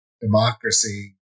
democracy